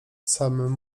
samym